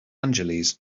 angeles